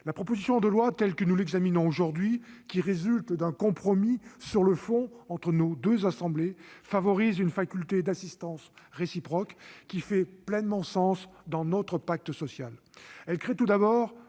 La proposition de loi, dans la rédaction que nous examinons aujourd'hui, résultant d'un compromis sur le fond entre nos deux chambres, favorise une faculté d'assistance réciproque, qui fait pleinement sens dans notre pacte social.